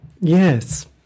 Yes